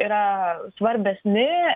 yra svarbesni